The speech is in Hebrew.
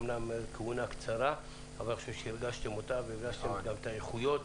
אמנם כהונה קצרה אבל אני חושב שהרגשתם אותה והרגשתם גם את האיכויות.